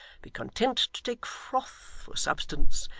be content to take froth for substance,